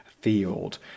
field